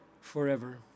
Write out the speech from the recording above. forever